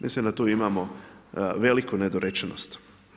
Mislim da tu imamo veliku nedorečenost.